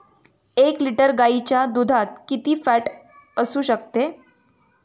एक लिटर गाईच्या दुधात किती फॅट असू शकते?